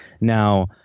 Now